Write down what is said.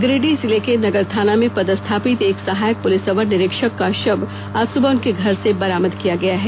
गिरिडीह जिले के नगर थाना में पदस्थापित एक सहायक पुलिस अवर निरीक्षक का शव आज सुबह उनके घर से बरामद किया गया है